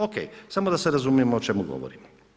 Ok, samo da se razumijemo o čemu govorimo.